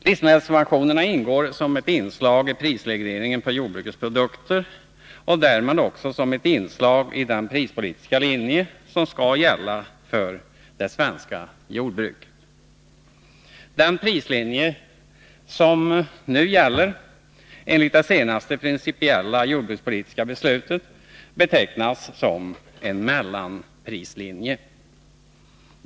Livsmedelssubventionerna ingår som ett inslag i prisregleringen på jordbrukets produkter och därmed också som ett inslag i den prispolitiska linje som skall gälla för det svenska jordbruket. Den prislinje som nu gäller, enligt det senaste principiella jordbrukspolitiska beslutet, betecknas som en mellanprislinje.